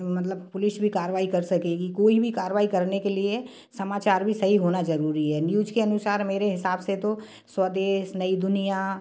मतलब पुलिस भी कारवाई कर सकेगी कोई भी कारवाई करने के लिए समाचार भी सही होना ज़रूरी है न्यूज़ के अनुसार से मेरे हिसाब से तो स्वदेस नई दुनिया